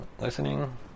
listening